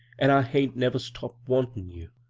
and i hain't never stopped wantin' you.